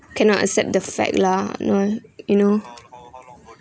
cannot accept the fact lah know you know